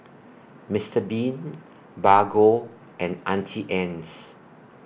Mister Bean Bargo and Auntie Anne's